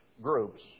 groups